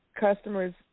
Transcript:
customers